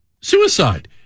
suicide